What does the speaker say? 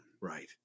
Right